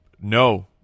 no